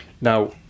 Now